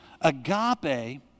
Agape